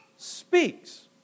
speaks